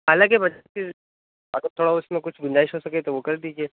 حالانکہ اگر تھوڑا اس میں کچھ گنجائش ہو سکے تو وہ کر دیجیے